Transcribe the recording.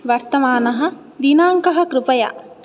वर्तमानः दिनाङ्कः कृपया